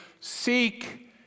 seek